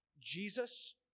Jesus